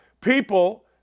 people